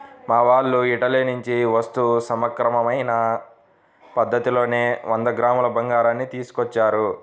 మా వాళ్ళు ఇటలీ నుంచి వస్తూ సక్రమమైన పద్ధతిలోనే వంద గ్రాముల బంగారాన్ని తీసుకొచ్చారు